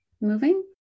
moving